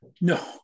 no